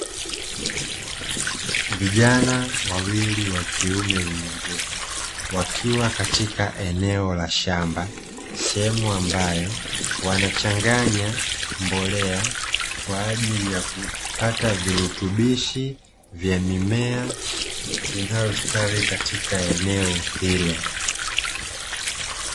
Vijana wawili wa kiume wenye nguvu wakiwa katika eneo la shamba, sehemu ambayo wanachanganya mbolea kwaajili ya kupata virutubishi vya mimea inayostawi katika eneo hilo.